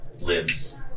lives